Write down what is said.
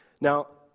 Now